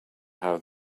how